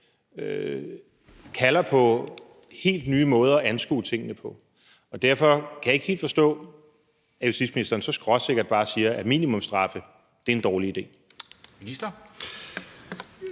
kalder på helt nye måder at anskue tingene på. Derfor kan jeg ikke helt forstå, at justitsministeren så skråsikkert bare siger, at minimumsstraffe er en dårlig idé. Kl.